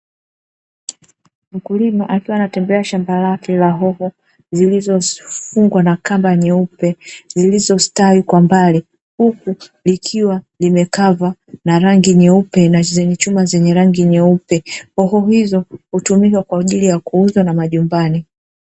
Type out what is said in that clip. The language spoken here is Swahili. Mkulima akiwa anatembelea shamba lake la hoho zilizofungwa na kamba nyeupe zilizostawi kwa mbali, huku likiwa limekava na rangi nyeupe na chuma zenye rangi nyeupe. Hoho hizo hutumika kwa ajili ya kuuza na majumbani.